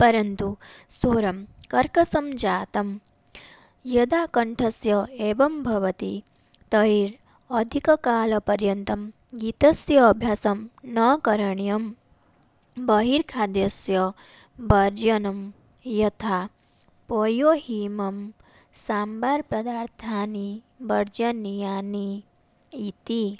परन्तु स्वरः कर्कषः जातः यदा कण्ठस्य एवं भवति तैः अधिककालपर्यन्तं गीतस्य अभ्यासः न करणीयः बहिः खाद्यस्य वर्जनं यथा पयोहिमः साम्बार्पदार्थानि वर्जनीयानि इति